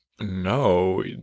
no